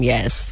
Yes